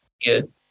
good